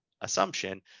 assumption